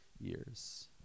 years